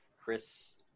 Chris